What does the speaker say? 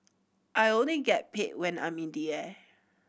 I only get paid when I'm in the air